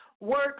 works